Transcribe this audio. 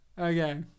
Okay